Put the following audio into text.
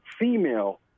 female